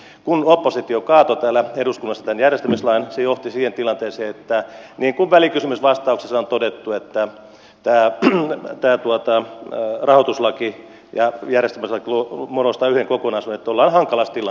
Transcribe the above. ja kun oppositio kaatoi täällä eduskunnassa tämän järjestämislain se johti siihen niin kuin välikysymysvastauksessa on todettu että rahoituslaki ja järjestämislaki muodostavat yhden kokonaisuuden että ollaan hankalassa tilanteessa